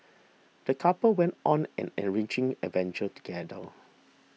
the couple went on an enriching adventure together